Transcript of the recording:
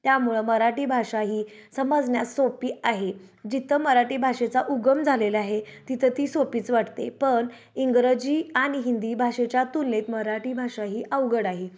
त्यामुळं मराठी भाषा ही समजण्या सोपी आहे जिथं मराठी भाषेचा उगम झालेला आहे तिथं ती सोपीच वाटते पन इंग्रजी आणि हिंदी भाषेच्या तुलनेत मराठी भाषा ही अवघड आहे